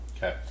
Okay